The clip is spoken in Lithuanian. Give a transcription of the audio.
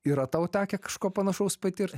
yra tau tekę kažko panašaus patirt